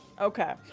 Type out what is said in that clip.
Okay